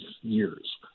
years